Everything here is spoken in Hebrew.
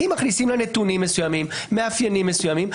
מכניסים לה נתונים ומאפיינים מסוימים,